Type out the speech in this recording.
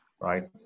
Right